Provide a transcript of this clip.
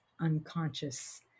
unconscious